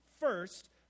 First